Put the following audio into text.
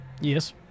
Yes